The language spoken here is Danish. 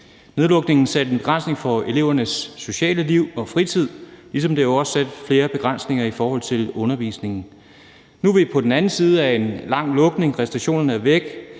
Nedlukningen satte en begrænsning på elevernes sociale liv og fritid, ligesom den jo også satte flere begrænsninger i forhold til undervisningen. Nu er vi på den anden side af en lang lukning. Restriktionerne er væk,